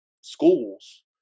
schools